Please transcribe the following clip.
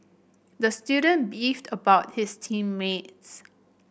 the student beefed about his team mates